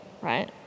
right